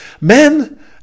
men